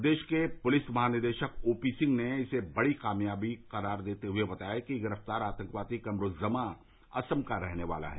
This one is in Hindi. प्रदेश के पुलिस महानिदेशक ओ पी सिंह ने इसे बड़ी कामयाबी करार देते हुए बताया है कि गिरफ़्तार आतंकवादी कमरूज़्ज़मा असम का रहने वाला है